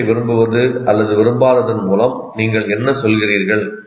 விஷயத்தை விரும்புவது அல்லது விரும்பாததன் மூலம் நீங்கள் என்ன சொல்கிறீர்கள்